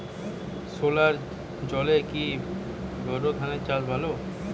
সেলোর জলে কি বোর ধানের চাষ ভালো?